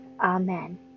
Amen